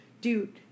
Dude